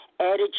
Added